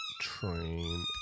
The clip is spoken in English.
train